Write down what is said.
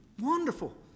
Wonderful